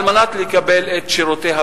על מנת לקבל את שירותי הבריאות.